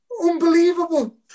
unbelievable